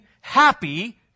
happy